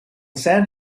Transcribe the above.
san